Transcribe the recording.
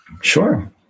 Sure